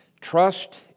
Trust